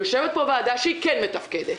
יושבת פה ועדה שהיא כן מתפקדת,